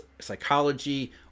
psychology